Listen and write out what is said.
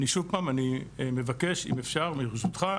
שוב אני מבקש אם אפשר ברשותך,